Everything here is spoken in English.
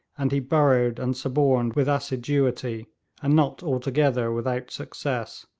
and he burrowed and suborned with assiduity, and not altogether without success.